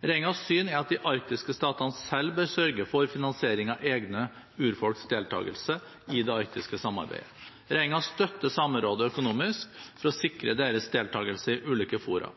Regjeringens syn er at de arktiske statene selv bør sørge for finansiering av egne urfolks deltakelse i det arktiske samarbeidet. Regjeringen støtter Samerådet økonomisk for å sikre deres deltakelse i ulike fora.